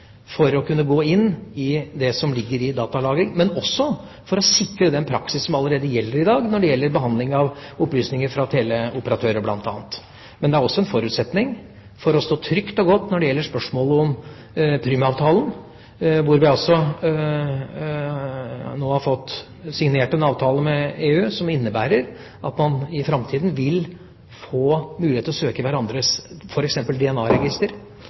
for å kunne gå inn i det som ligger i datalagring, men også for å sikre den praksis som allerede gjelder i dag når det gjelder behandling av opplysninger fra bl.a. teleoperatører. Men det er også en forutsetning for å stå trygt og godt når det gjelder spørsmålet om Prüm-avtalen – vi har nå fått signert en avtale med EU som innebærer at man i framtida vil få mulighet for å søke f.eks. i hverandres